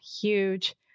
huge